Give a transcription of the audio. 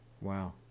Wow